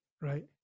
right